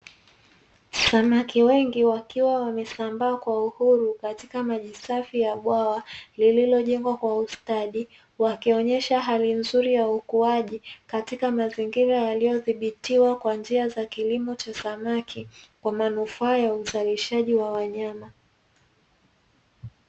Samaki wengi wakiwa wamesambaa kwa uhuru katika maji safi ya bwawa lilojengwa kwa ustadi likiwa limezibitiwa kwa manufaa ya uzalishaji wa wanyama